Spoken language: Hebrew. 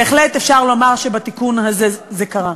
בהחלט אפשר לומר שבתיקון הזה זה קרה.